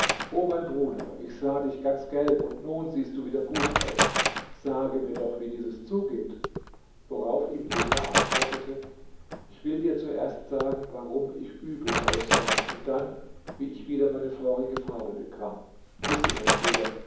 o mein bruder ich sah dich ganz gelb und nun siehst du wieder gut aus sage mir doch wie dieses zugeht worauf ihm jener antwortete ich will dir zuerst sagen warum ich übel aussah und dann wie ich wieder meine vorige farbe bekam wisse mein bruder